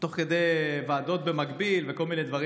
תוך כדי ועדות במקביל וכל מיני דברים